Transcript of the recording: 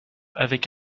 avec